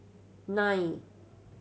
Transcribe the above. nine